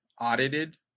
audited